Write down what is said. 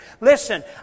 Listen